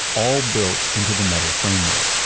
all built into the metal framework.